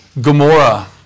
Gomorrah